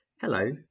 Hello